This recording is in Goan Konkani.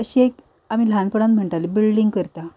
अशी एक आमी ल्हानपणा म्हणटाली बिल्डींग करता